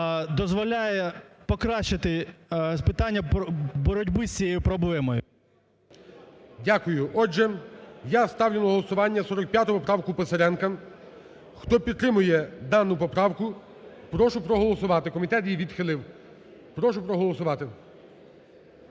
дозволяє покращити питання боротьби з цією проблемою. ГОЛОВУЮЧИЙ. Дякую. Отже, я ставлю на голосування 45 поправку Писаренка. Хто підтримує дану поправку, прошу проголосувати, комітет її відхилив, прошу проголосувати.